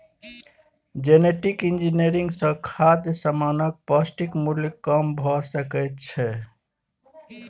genetic engineering सँ खाद्य समानक पौष्टिक मुल्य कम भ सकै छै